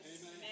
Amen